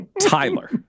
Tyler